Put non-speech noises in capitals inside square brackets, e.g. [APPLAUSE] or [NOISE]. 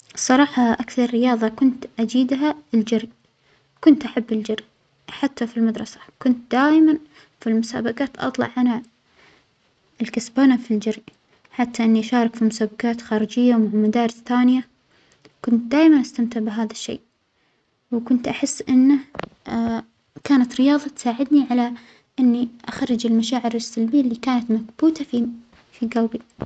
الصراحة أكثر رياضة كنت أجيدها الجرى، كنت أحب الجرى حتى في المدرسة كنت دايما في المسابقات أطلع أنا الكسبانة في الجرى، حتى إنى أشارك في مسابقات خارجية مع مدارس تانية، كنت دايما أستمتع بهذا الشيء، وكنت أحس أنه [HESITATION] كانت رياضة تساعدني على إنى أخرج المشاعر السلبية اللى كانت مكبوتة فينى في قلبي.